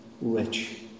rich